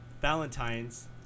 Valentine's